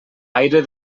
aire